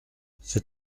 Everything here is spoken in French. c’est